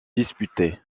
disputée